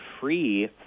free